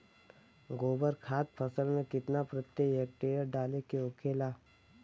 गोबर खाद फसल में कितना प्रति हेक्टेयर डाले के होखेला?